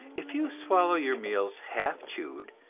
if you swallow your meals half chewed,